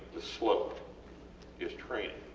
the slope is training.